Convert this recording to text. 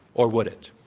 or would it?